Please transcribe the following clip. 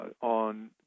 on